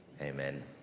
Amen